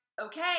okay